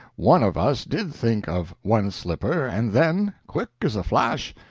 one of us did think of one slipper, and then, quick as a flash,